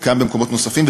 זה קיים במקומות נוספים,